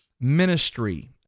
Ministry